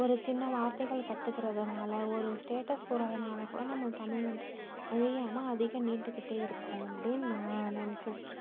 ஒரு சின்ன வார்த்தைகள் கற்றுக்கிறதுனால ஒரு ஸ்டேட்டஸ் போடுறதுனால கூட நம்ம தமிழ் வந்து அழியாமல் அதிகம் நீண்டுக்கிட்டே இருக்கும் அப்படின்னு நான் நினைச்சிக்கிட்டு இருக்கேன்